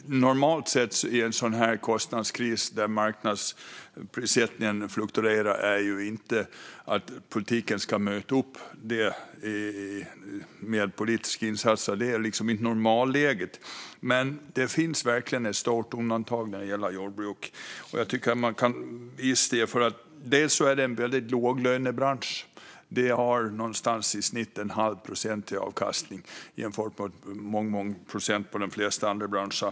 Normalläget i en sådan här kostnadskris, då marknadsprissättningen fluktuerar, är inte att politiken möter upp detta med politiska insatser. Jordbruket är dock verkligen ett stort undantag, och jag tycker att man kan visa det. Jordbruket är en låglönebransch; avkastningen är i snitt någonstans runt en halv procent. Detta kan jämföras med många fler procent i de flesta andra branscher.